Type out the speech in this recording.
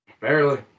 Barely